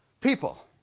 people